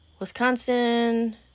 Wisconsin